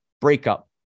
breakup